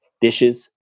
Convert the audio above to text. dishes